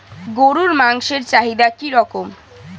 গরুর মাংসের চাহিদা কি রকম?